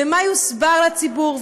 ומה יוסבר לציבור,